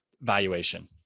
valuation